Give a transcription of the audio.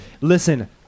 Listen